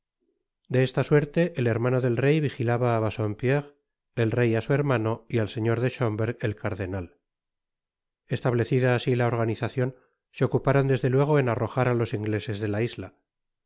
de esta suerte el hermano del rey vigilaba á bassonpierre el rey á su hermano y al señor de schomberg el cardenal establecida asi la organizacion se ocuparon desde luego en arrojar á los ingleses de la isla la